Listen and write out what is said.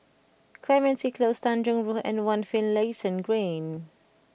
Clementi Close Tanjong Rhu and One Finlayson Green